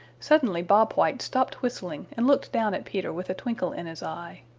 suddenly bob white stopped whistling and looked down at peter with a twinkle in his eye.